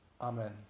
Amen